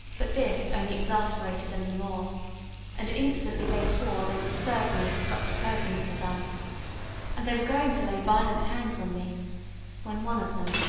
but this only and exasperated them the more and instantly they swore they would serve me as doctor perkins had done and they were going to lay violent hands on me when one of them,